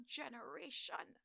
generation